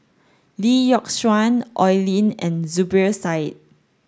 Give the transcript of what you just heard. Lee Yock Suan Oi Lin and Zubir Said